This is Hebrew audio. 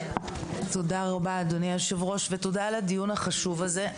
תודה רבה אדוני היושב ראש ותודה רבה על הדיון החשוב הזה.